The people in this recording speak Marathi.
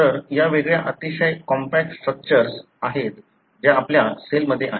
तर या वेगळ्या अतिशय कॉम्पॅक्ट स्ट्रक्चर्स आहेत ज्या आपल्या सेलमध्ये आहेत